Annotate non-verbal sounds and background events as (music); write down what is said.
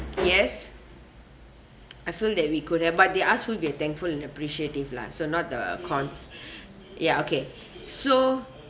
yes I feel that we could have but they asked who you're thankful and appreciative lah so not the cons (breath) ya okay so